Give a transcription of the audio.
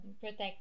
protect